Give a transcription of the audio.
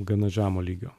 gana žemo lygio